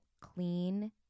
clean